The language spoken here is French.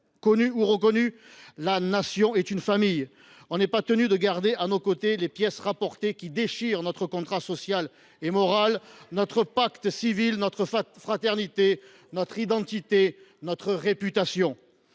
connu et reconnu. La Nation est une famille, nous ne sommes pas tenus de garder à nos côtés les pièces rapportées qui déchirent notre contrat social et moral, notre pacte civil, notre fraternité, notre identité, notre réputation.